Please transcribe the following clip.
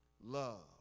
Love